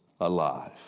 alive